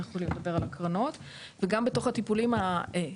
אנחנו יכולים לדבר על הקרנות וגם בתוך הטיפולים התרופתיים